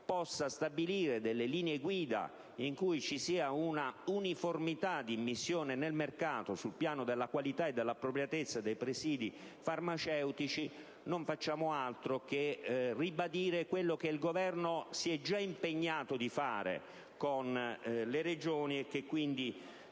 possa stabilire linee guida in cui vi sia un'uniformità di immissione nel mercato sul piano della qualità e dell'appropriatezza dei presidi farmaceutici, non facciamo altro che ribadire quanto il Governo si è già impegnato a fare con le Regioni. Riteniamo